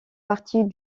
partie